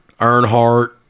Earnhardt